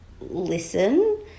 listen